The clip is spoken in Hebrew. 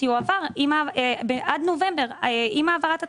יועבר עד נובמבר עם העברת התקציב.